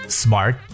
smart